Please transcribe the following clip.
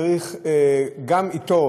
צריך לפתור,